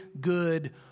good